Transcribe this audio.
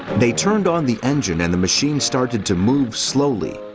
they turned on the engine and the machine started to move slowly,